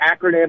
acronym